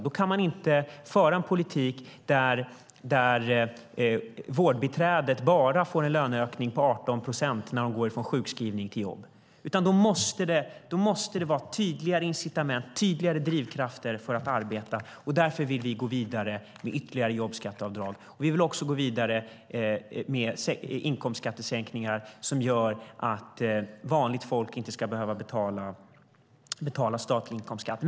Då kan man inte föra en politik där vårdbiträdet får en löneökning med bara 18 procent när hon går från sjukskrivning till jobb, utan då måste det vara tydligare incitament och tydligare drivkrafter för att arbeta. Därför vill vi gå vidare med ytterligare jobbskatteavdrag. Vi vill också gå vidare med inkomstskattesänkningar som gör att vanligt folk inte ska behöva betala statlig inkomstskatt.